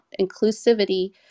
inclusivity